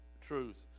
truth